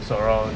so around